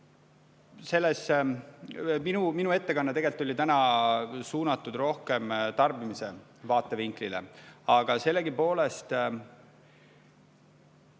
küsimus. Minu ettekanne tegelikult oli täna suunatud rohkem tarbimise vaatevinklile. Aga sellegipoolest,